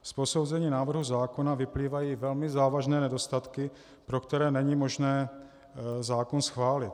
Z posouzení návrhu zákona vyplývají velmi závažné nedostatky, pro které není možné zákon schválit.